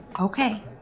Okay